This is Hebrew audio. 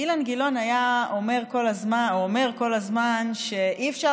אילן גילאון אומר כל הזמן שאי-אפשר